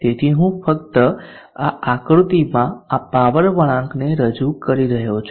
તેથી હું ફક્ત આ આકૃતિમાં આ પાવર વળાંકને રજૂ કરી રહ્યો છું